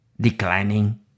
declining